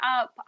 up